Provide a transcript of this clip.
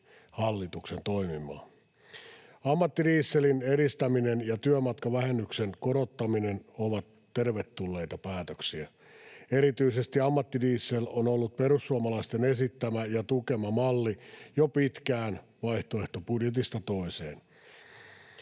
hallituksen toimimaan. Ammattidieselin edistäminen ja työmatkavähennyksen korottaminen ovat tervetulleita päätöksiä. Erityisesti ammattidiesel on ollut perussuomalaisten esittämä ja tukema malli jo pitkään, vaihtoehtobudjetista toiseen.